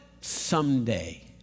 Someday